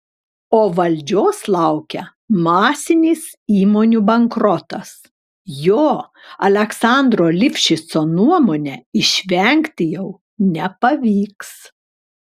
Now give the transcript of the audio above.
o valdžios laukia masinis įmonių bankrotas jo aleksandro lifšico nuomone išvengti jau nepavyks